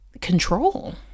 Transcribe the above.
control